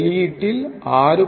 வெளியீட்டில் 6